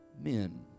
men